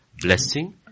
blessing